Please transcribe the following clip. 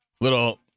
Little